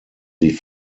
sie